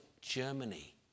Germany